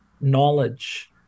knowledge